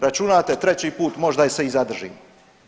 Računate treći put možda se i zadržimo.